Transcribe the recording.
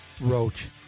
Roach